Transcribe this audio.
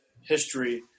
history